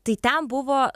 tai ten buvo